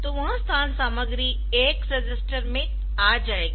तो वह स्थान सामग्री AX रजिस्टर में आ जाएगी